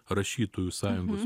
rašytojų sąjungos